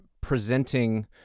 presenting